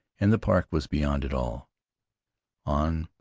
and the park was beyond it all on,